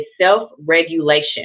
self-regulation